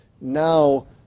now